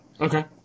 Okay